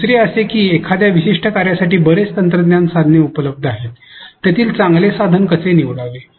दुसरे असे की एखाद्या विशिष्ट कार्यासाठी बरेच तंत्रज्ञान साधने उपलब्ध आहेत त्यातील चांगले साधन कसे निवडावे